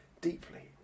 deeply